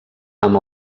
amb